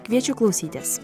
kviečiu klausytis